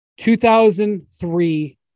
2003